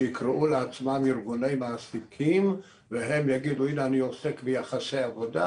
שיקראו לעצמם ארגוני מעסיקים ויגידו שהם עוסקים ביחסי עבודה,